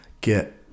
get